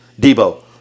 Debo